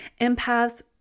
empaths